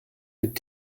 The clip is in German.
mit